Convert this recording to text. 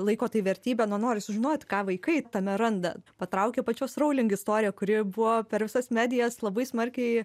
laiko tai vertybe na nori sužinoti ką vaikai tame randa patraukia pačios rowling istorija kuri buvo per visas medijas labai smarkiai